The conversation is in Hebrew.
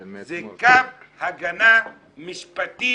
זה קו הגנה משפטי